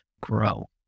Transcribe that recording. grow